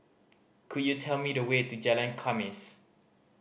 could you tell me the way to Jalan Khamis